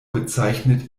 bezeichnet